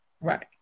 right